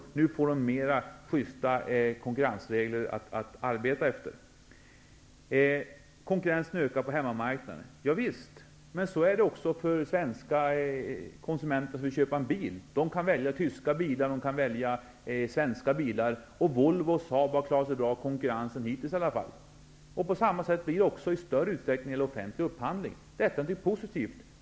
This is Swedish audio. Nu får de mer justa konkurrensregler att arbeta efter. Visst ökar konkurrensen på hemmamarknaden. Men det gäller också när svenska konsumenter skall köpa bil. De kan välja tyska bilar eller svenska bilar. Volvo och Saab har klarat sig bra i konkurrensen hittills. På samma sätt blir det i större utsträckning när det gäller offentlig upphandling. Det är någonting positivt.